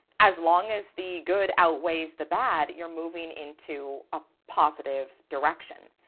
as long as the good outweighs the bad you're moving into a positive direction.